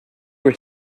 were